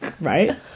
right